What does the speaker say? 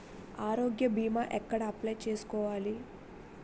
ఆరోగ్య భీమా ఎక్కడ అప్లయ్ చేసుకోవాలి?